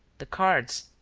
the cards,